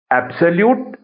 absolute